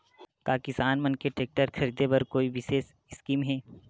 का किसान मन के टेक्टर ख़रीदे बर कोई विशेष स्कीम हे?